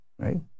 Right